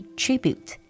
tribute